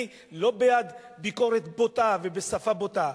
אני לא בעד ביקורת בוטה ובשפה בוטה,